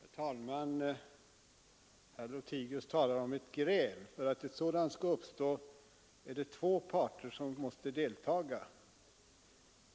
Herr talman! Herr Lothigius talar om ett gräl. För att ett sådant skall uppstå måste två parter deltaga.